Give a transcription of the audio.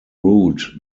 route